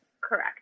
correct